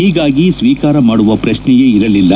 ಹೀಗಾಗಿ ಸ್ವೀಕಾರ ಮಾಡುವ ಪ್ರಶ್ನೆಯೇ ಇರಲಿಲ್ಲ